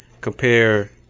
compare